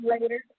later